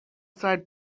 side